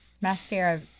Mascara